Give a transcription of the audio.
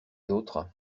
autres